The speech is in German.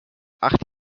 acht